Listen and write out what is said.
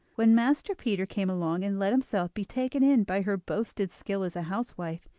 when master peter came along, and let himself be taken in by her boasted skill as a housewife,